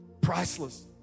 Priceless